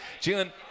Jalen